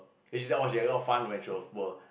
eh she say she had a lot of fun when she was poor